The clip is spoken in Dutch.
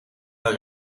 hun